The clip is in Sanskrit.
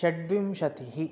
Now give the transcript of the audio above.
षड्विंशतिः